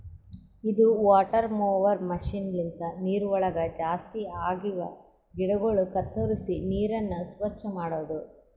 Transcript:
ಇದು water mower machine ಲಿಂತ ನೀರವಳಗ್ ಜಾಸ್ತಿ ಆಗಿವ ಗಿಡಗೊಳ ಕತ್ತುರಿಸಿ ನೀರನ್ನ ಸ್ವಚ್ಚ ಮಾಡ್ತುದ